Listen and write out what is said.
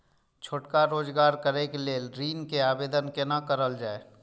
छोटका रोजगार करैक लेल ऋण के आवेदन केना करल जाय?